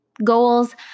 Goals